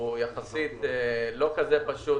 לא פשוט,